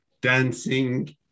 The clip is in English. dancing